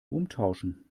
umtauschen